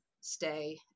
stay